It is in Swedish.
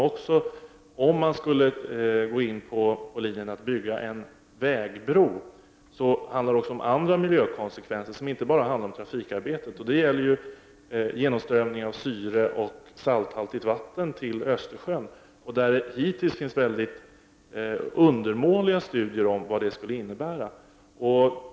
Går man på linjen att bygga en vägbro handlar det även om andra miljökonsekvenser som inte berör endast trafikarbetet. Det gäller genomströmningen av syre och salthaltigt vatten till Östersjön. Det finns endast mycket undermåliga studier om vad detta kan innebära.